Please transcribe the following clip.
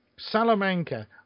salamanca